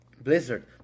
Blizzard